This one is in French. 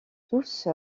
tous